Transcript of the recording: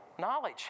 Knowledge